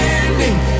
ending